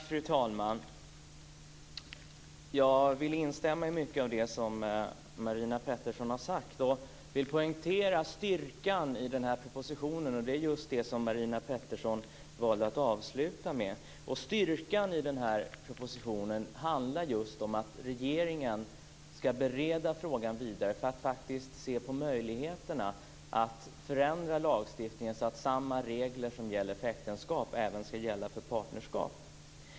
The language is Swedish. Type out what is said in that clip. Fru talman! Jag vill instämma i mycket av det som Marina Pettersson har sagt och vill poängtera styrkan i propositionen. Det handlar om det som Marina Pettersson valde att avsluta med. Styrkan i den här propositionen handlar om att regeringen ska bereda frågan vidare för att faktiskt se på möjligheterna att förändra lagstiftningen så att samma regler som gäller för äktenskap även ska gälla för partnerskap.